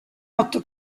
otto